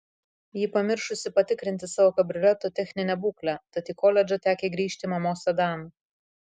ji pamiršusi patikrinti savo kabrioleto techninę būklę tad į koledžą tekę grįžti mamos sedanu